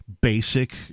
basic